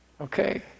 Okay